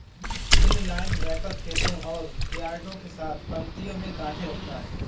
inline wrapper खेतों और यार्डों के साथ पंक्तियों में गांठें रखता है